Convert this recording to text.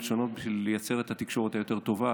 שונות בשביל לייצר תקשורת יותר טובה,